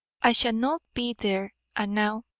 i shall not be there. and now,